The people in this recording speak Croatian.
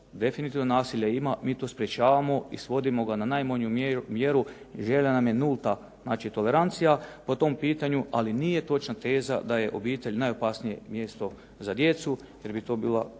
definitivno nasilja ima, mi to sprječavamo i svodimo ga na najmanju mjeru i želja nam je nulta znači tolerancija po tom pitanju, ali nije točna teza da je obitelj najopasnije mjesto za djecu, jer bi to bila